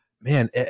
Man